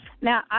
now